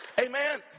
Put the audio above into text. Amen